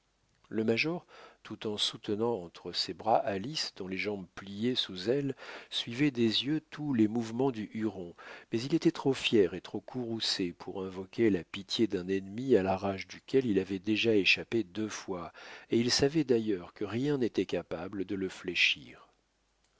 le major tout en soutenant entre ses bras alice dont les jambes pliaient sous elle suivait des yeux tous les mouvements du huron mais il était trop fier et trop courroucé pour invoquer la pitié d'un ennemi à la rage duquel il avait déjà échappé deux fois et il savait d'ailleurs que rien n'était capable de le fléchir